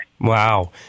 Wow